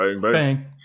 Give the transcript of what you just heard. bang